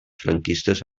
franquistes